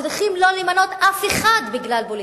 צריך לא למנות אף אחד בגלל פוליטיזציה.